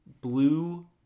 Blue